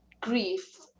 grief